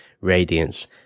radiance